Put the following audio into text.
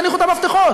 תניחו את המפתחות.